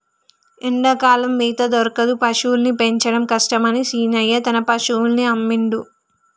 ఎండాకాలం మేత దొరకదు పశువుల్ని పెంచడం కష్టమని శీనయ్య తన పశువుల్ని అమ్మిండు